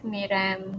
Miram